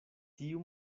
tiu